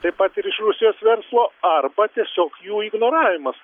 taip pat ir iš rusijos verslo arba tiesiog jų ignoravimas